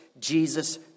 Jesus